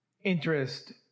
interest